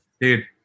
Dude